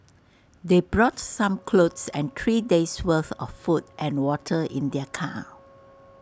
they brought some clothes and three days' worth of food and water in their car